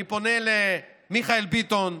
אני פונה למיכאל ביטון,